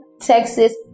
Texas